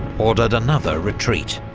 ordered another retreat.